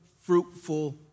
fruitful